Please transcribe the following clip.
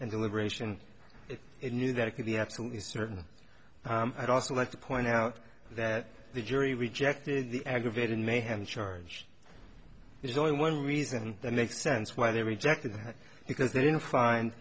and deliberation if they knew that it could be absolutely certain i'd also like to point out that the jury rejected the aggravated mayhem charge there's only one reason and that makes sense why they rejected because they didn't find